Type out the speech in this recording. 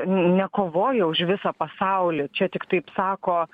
nekovoja už visą pasaulį čia tik taip sako